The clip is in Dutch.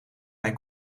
mijn